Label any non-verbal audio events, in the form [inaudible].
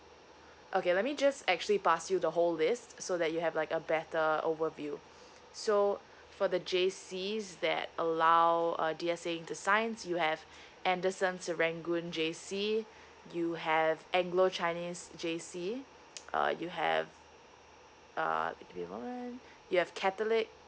okay let me just actually pass you the whole list so that you have like a better overview so for the J_C's that allow uh D_S_A into science you have anderson serangoon J_C you have anglo chinese J_C [noise] uh you have uh give me a moment you have catholic